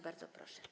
Bardzo proszę.